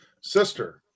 sister